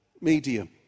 medium